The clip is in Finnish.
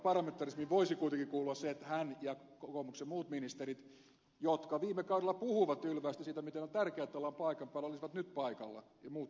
ehkä parlamentarismiin voisi kuitenkin kuulua että hän ja kokoomuksen muut ministerit jotka viime kaudella puhuivat ylväästi siitä miten on tärkeää että ollaan paikan päällä olisivat nyt paikalla ja muutkin hallituksen ministerit